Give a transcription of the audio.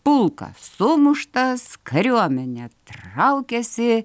pulkas sumuštas kariuomenė traukiasi